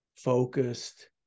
Focused